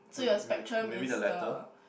so your spectrum is the